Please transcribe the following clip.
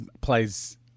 plays